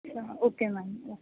ਅੱਛਾ okay ma'am okay